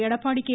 Edappadi K